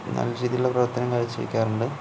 നല്ല രീതിലുള്ള പ്രവര്ത്തനം കാഴ്ച്ച വയ്ക്കാറുണ്ട്